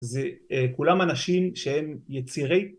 זה כולם אנשים שהם יצירי.